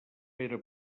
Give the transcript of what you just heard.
era